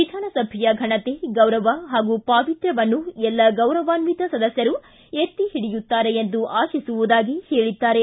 ವಿಧಾನಸಭೆಯ ಫನತೆ ಗೌರವ ಹಾಗೂ ಪಾವಿತ್ರ್ಯವನ್ನು ಎಲ್ಲ ಗೌರವಾನ್ವಿತ ಸದಸ್ಯರು ಎತ್ತಿ ಹಿಡಿಯುತ್ತಾರೆ ಎಂದು ಅಶಿಸುವುದಾಗಿ ಹೇಳಿದ್ದಾರೆ